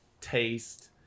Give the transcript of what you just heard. taste